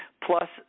plus